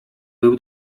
był